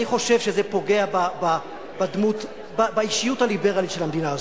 אני חושב שזה פוגע באישיות הליברלית של המדינה הזאת.